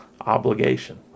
obligation